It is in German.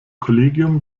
kollegium